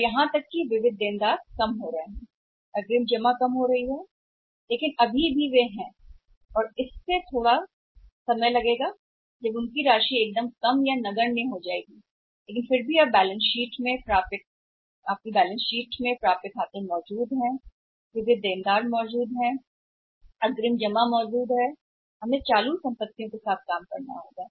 या यहां तक कि कर्जदार अग्रिम जमा राशि में कमी कर रहे हैं लेकिन फिर भी वे कम हो रहे हैं वहाँ हैं और यह एक ऐसा समय लगेगा जब यह नगण्य राशि से सबसे कम हो रहा है लेकिन फिर भी कंपनियों की बैलेंस शीट में आज खाते प्राप्य मौजूद हैं और कर्जदार कर्जदार मौजूद हैं जमा मौजूद है और हमें इस मौजूदा संपत्ति से निपटना होगा